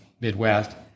Midwest